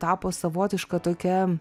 tapo savotiška tokia